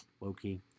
Loki